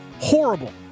horrible